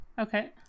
Okay